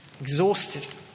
exhausted